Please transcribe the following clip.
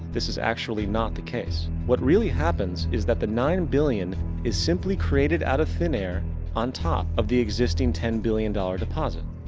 this is actually not the case. what really happens, is that the nine billion is simply created out of thin air on top of the existing ten billion dollar deposit.